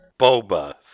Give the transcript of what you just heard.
Boba